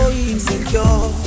insecure